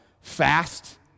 fast